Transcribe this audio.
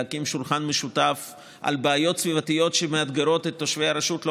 להקים שולחן משותף על בעיות סביבתיות שמאתגרות את תושבי הרשות לא